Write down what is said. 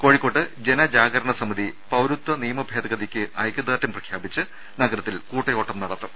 കോഴിക്കോട്ട് ജനജാഗരണസമിതി പൌരത്വനിയമഭേദഗൃതിക്ക് ഐക്യദാർഢ്യം പ്രഖ്യാപിച്ച് നഗരത്തിൽ കൂട്ടയോട്ടം നടത്തും